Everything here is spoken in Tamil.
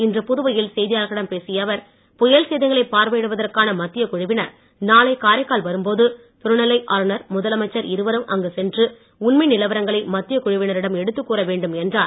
இன்று புதுவையில் செய்தியாளர்களிடம் பேசிய அவர் புயல் சேதங்களைப் பார்வையிடுவதற்கான மத்தியக் குழுவினர் நாளை காரைக்கால் வரும்போது துணைநிலை ஆளுனர் முதலமைச்சர் இருவரும் அங்கு சென்று உண்மை நிலவரங்களை மத்தியக் குழுவினரிடம் எடுத்துக்கூற வேண்டும் என்றார்